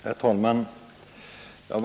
Herr talman!